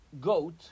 goat